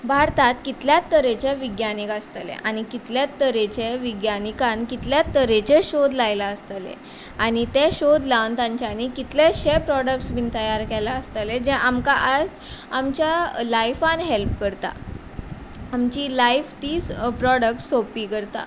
भारतांत कितल्याच तरेचे विज्ञानीक आसतले आनी कितलेत तरेचे विज्ञानिकान कितल्यात तरेचे शोद लायला आसतले आनी ते शोद लावन तांच्यानी कितलेतशे प्रॉडक्ट्स बीन तयार केला आसतले जे आमकां आज आमच्या लायफान हॅल्प करता आमची लायफ तीस प्रॉडक्ट्स सोंपी करता